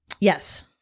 Yes